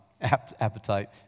appetite